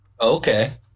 Okay